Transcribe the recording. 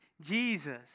Jesus